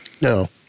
No